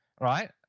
right